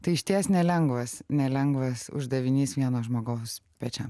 tai išties nelengvas nelengvas uždavinys vieno žmogaus pečiams